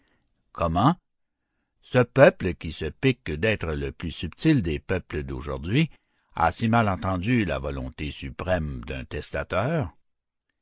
comment ce peuple qui se pique d'être le plus subtil des peuples d'aujourd'hui a si mal entendu la volonté suprême d'un testateur